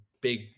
big